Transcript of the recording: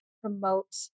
promote